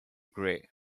grey